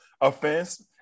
offense